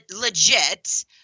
legit